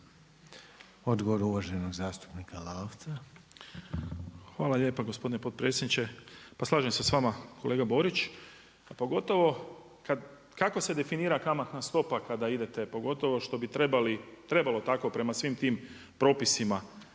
Odgovor uvaženog zastupnika Lalovca. **Lalovac, Boris (SDP)** Hvala lijepa gospodine potpredsjedniče. Pa slažem se s vama kolega Borić. Pogotovo kad, kako se definira kamatna stopa kada idete, pogotovo što bi trebalo tako prema svim tim propisima